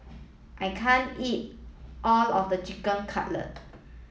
I can't eat all of the Chicken Cutlet